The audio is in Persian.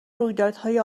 رویدادهای